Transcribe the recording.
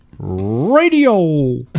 Radio